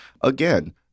Again